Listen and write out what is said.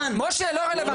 משה, לא רלוונטי.